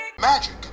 magic